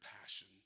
passion